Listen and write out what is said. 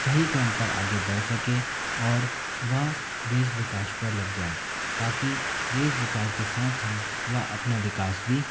सही क्रम पर आगे बढ़ सके और वह देश विकास पर लग जाय ताकि देश विकास के साथ साथ वह अपना विकास भी